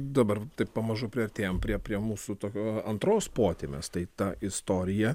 dabar taip pamažu priartėjam prie prie mūsų tokio antros potemės tai ta istorija